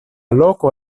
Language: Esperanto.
loko